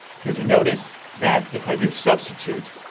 because you notice that if i do substitute